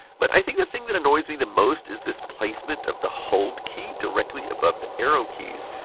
but i think the thing that annoys me the most is this placement of the hold key directly above the arrow keys.